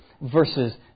versus